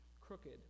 crooked